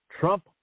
Trump